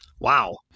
Wow